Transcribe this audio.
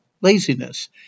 laziness